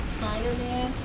Spider-Man